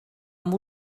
amb